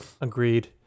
Agreed